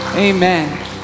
amen